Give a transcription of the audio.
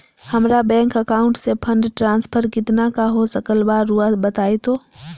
हमरा bank account से fund transfer कितना का हो सकल बा रुआ बताई तो?